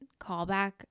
callback